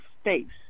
states